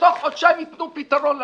שבתוך חודשיים ייתנו פתרון לדבר.